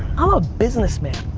ah a business man.